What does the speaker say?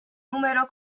numero